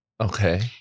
Okay